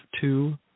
two